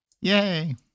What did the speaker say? Yay